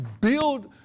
build